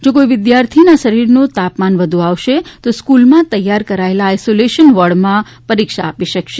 જો કોઈ વિદ્યાર્થીના શરીરનું તાપમાન વધુ આવશે તો સ્ક્રલમાં તૈયાર કરાયેલા આઈશોલેશન વોર્ડમાં પરીક્ષા આપી શકશે